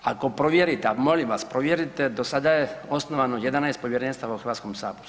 Ako provjerite, a molim vas provjerite do sada je osnovano 11 povjerenstava u Hrvatskom saboru.